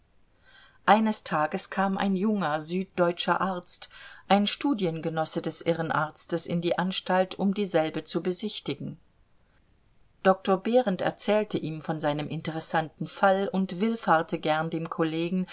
eines tages kam ein junger süddeutscher arzt ein studiengenosse des irrenarztes in die anstalt um dieselbe zu besichtigen doktor behrend erzählte ihm von seinem interessanten fall und willfahrte gern dem kollegen